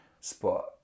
spot